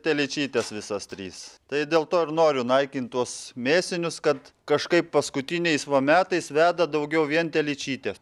telyčytės visos trys tai dėl to ir noriu naikint tuos mėsinius kad kažkaip paskutiniais va metais veda daugiau vien telyčytes